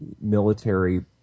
military